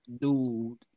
Dude